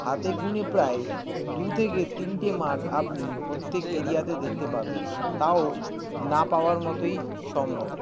হাতে গুনে প্রায় দু থেকে তিনটে মাঠ আপনি প্রত্যেক এরিয়াতে দেখতে পাবেন তাও না পাওয়ার মতোই সম্ভব